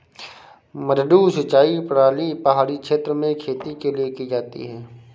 मडडू सिंचाई प्रणाली पहाड़ी क्षेत्र में खेती के लिए की जाती है